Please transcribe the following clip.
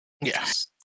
yes